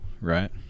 Right